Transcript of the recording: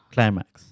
Climax